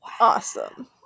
Awesome